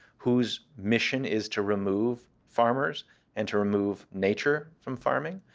whose mission is to remove farmers and to remove nature from farming.